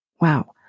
Wow